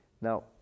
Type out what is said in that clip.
Now